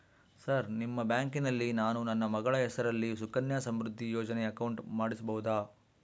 Sir ನಿಮ್ಮ ಬ್ಯಾಂಕಿನಲ್ಲಿ ನಾನು ನನ್ನ ಮಗಳ ಹೆಸರಲ್ಲಿ ಸುಕನ್ಯಾ ಸಮೃದ್ಧಿ ಯೋಜನೆ ಅಕೌಂಟ್ ಮಾಡಿಸಬಹುದಾ?